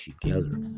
together